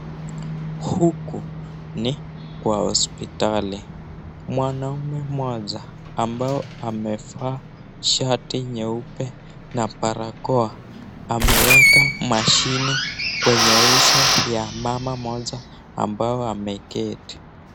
Huku ni kwa hospitali. Mwanaume mmoja ambaye amevaa shati nyeupe na barakoa, ameweka mashine kwenye uso ya mama mmoja ambaye ameketi.